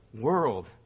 world